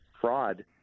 fraud